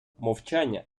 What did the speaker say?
мовчання